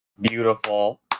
Beautiful